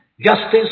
justice